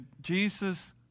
Jesus